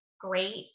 great